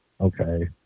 okay